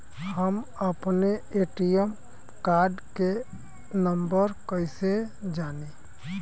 हम अपने ATM card के नंबर कइसे जानी?